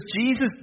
Jesus